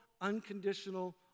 unconditional